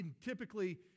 Typically